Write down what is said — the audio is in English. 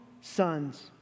sons